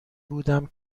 بودم